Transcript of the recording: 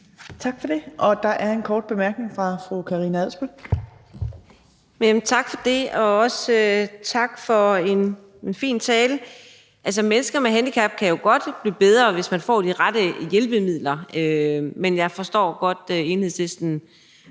Tak for det. Der er en kort bemærkning fra fru Karina Adsbøl. Kl. 18:49 Karina Adsbøl (DF): Tak for det, og også tak for en fin tale. Mennesker med handicap kan jo godt blive bedre, hvis de får de rette hjælpemidler, men jeg forstår godt Enhedslistens